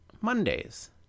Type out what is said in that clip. Mondays